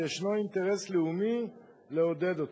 וישנו אינטרס לאומי לעודד אותה.